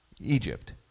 Egypt